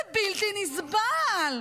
זה בלתי נסבל.